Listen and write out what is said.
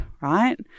right